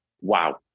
wow